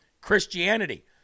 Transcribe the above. Christianity